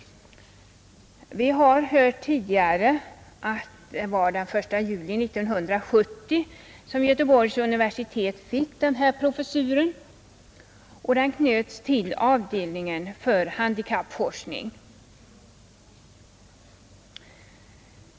Vi har tidigare i dag hört att det var den 1 juli 1970 som Göteborgs universitet fick denna professur, och den knöts till avdelningen för handikappforskning.